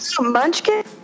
Munchkin